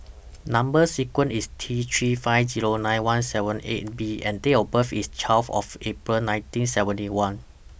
Number sequence IS T three five Zero nine one seven eight B and Date of birth IS twelve of April nineteen seventy one